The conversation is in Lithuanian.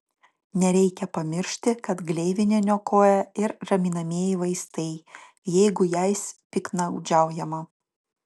nereikia pamiršti kad gleivinę niokoja ir raminamieji vaistai jeigu jais piktnaudžiaujama